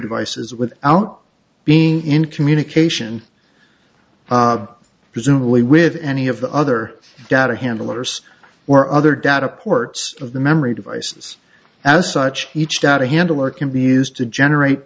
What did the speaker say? devices without being in communication presumably with any of the other data handlers were other data ports of the memory devices as such each data handler can be used to generate